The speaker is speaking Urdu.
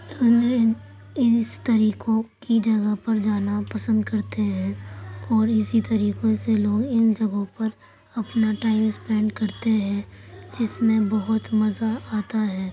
اس طریقوں کی جگہ پر جانا پسند کرتے ہیں اور اسی طریقوں سے لوگ ان جگہوں پر اپنا ٹائم اسپینڈ کر تے ہیں جس میں بہت مزہ آتا ہے